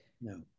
no